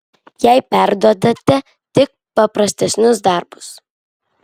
jai perduodate tik paprastesnius darbus